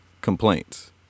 complaints